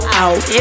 out